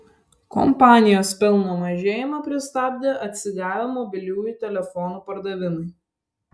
kompanijos pelno mažėjimą pristabdė atsigavę mobiliųjų telefonų pardavimai